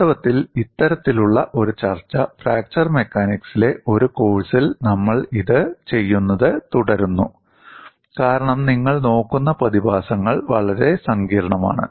വാസ്തവത്തിൽ ഇത്തരത്തിലുള്ള ഒരു ചർച്ച ഫ്രാക്ചർ മെക്കാനിക്സിലെ ഒരു കോഴ്സിൽ നമ്മൾ ഇത് ചെയ്യുന്നത് തുടരുന്നു കാരണം നിങ്ങൾ നോക്കുന്ന പ്രതിഭാസങ്ങൾ വളരെ സങ്കീർണ്ണമാണ്